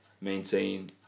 maintain